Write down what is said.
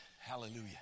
Hallelujah